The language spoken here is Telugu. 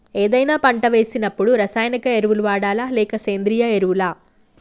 ఏదైనా పంట వేసినప్పుడు రసాయనిక ఎరువులు వాడాలా? లేక సేంద్రీయ ఎరవులా?